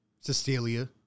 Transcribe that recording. Cecilia